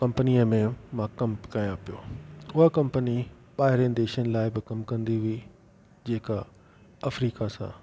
कंपनीअ में मां कमु कयां पियो उहा कंपनी ॿाहिरनि देशनि लाइ बि कमु कंदी हुई जेका अफ्रीका सां